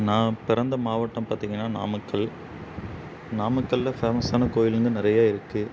நான் பிறந்த மாவட்டம் பார்த்தீங்கன்னா நாமக்கல் நாமக்கல்லில் ஃபேமஸான கோயிலுங்கள் நிறைய இருக்குது